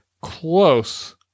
Close